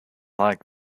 like